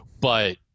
but-